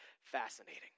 fascinating